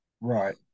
Right